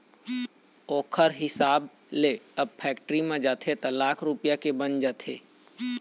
ओखर हिसाब ले अब फेक्टरी म जाथे त लाख रूपया के बन जाथे